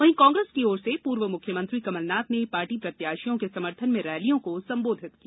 वहीं कांग्रेस की ओर से पूर्व मुख्यमंत्री कमलनाथ ने पार्टी प्रत्याशियों के समर्थन में रैलियों को संबोधित किया